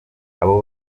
abo